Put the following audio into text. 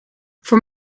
voor